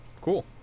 cool